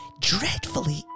dreadfully